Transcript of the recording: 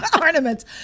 ornaments